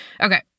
Okay